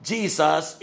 Jesus